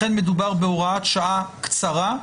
לכן מדובר בהוראת שעה קצרה.